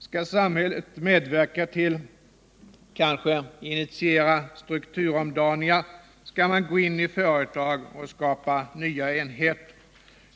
Skall samhället medverka till, kanske initiera strukturomdaningar? Skall man gå in i företag och skapa nya enheter?